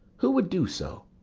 who would do so?